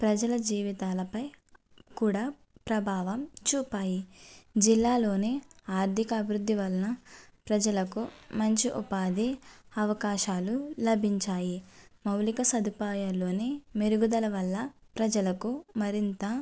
ప్రజల జీవితాలపై కూడా ప్రభావం చూపాయి జిల్లాలోని ఆర్థిక అభివృద్ధి వలన ప్రజలకు మంచి ఉపాధి అవకాశాలు లభించాయి మౌలిక సదుపాయాలలోని మెరుగుదల వల్ల ప్రజలకు మరింత